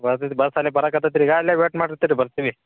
ಬಸ್ಸಿದ್ರ ಬಸ್ಸಲ್ಲಿ ಬರಾಕೆ ಹತ್ತತ್ ರೀ ಈಗ ಅಲ್ಲೇ ವೇಟ್ ಮಾಡ್ತಾಯಿರಿ ಬರ್ತೀವಿ